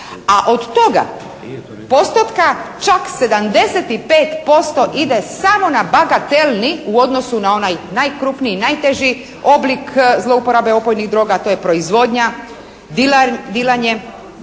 a od toga postotka čak 75% ide samo na bagatelni u odnosu na onaj najkrupniji, najteži oblik zlouporabe opojnih droga, a to je proizvodnja, dilanje,